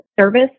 service